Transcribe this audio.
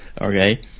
Okay